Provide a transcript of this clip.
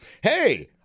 Hey